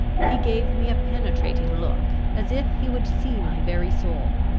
he gave me a penetrating look, as if he would see my very soul.